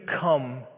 come